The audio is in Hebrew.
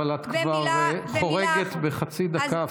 אבל את כבר חורגת בחצי דקה,